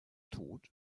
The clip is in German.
tod